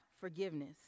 forgiveness